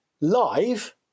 live